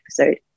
episode